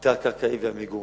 התת-קרקעי והמיגון.